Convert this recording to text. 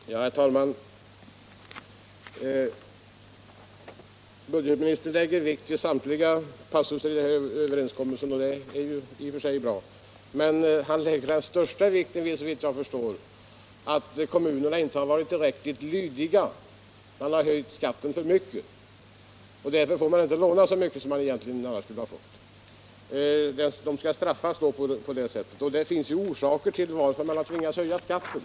Nr 29 Herr talman! Budgetministern lägger vikt vid samtliga passusar i över Torsdagen den enskommelsen, och det är i och för sig bra. Men han lägger såvitt jag 17 november 1977 förstår den största vikten vid att kommunerna inte har varit tillräckligt «= lydiga. De har höjt skatten för mycket och skall därför straffas genom Om åtgärder för att att de inte skall få låna så mycket som de annars skulle ha fått. bereda kommuner Det finns orsaker till att kommunerna har tvingats att höja skatten.